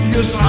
Yes